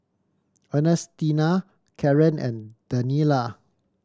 Ernestina Karen and Daniela